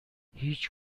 هیچ